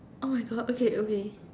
oh my god okay okay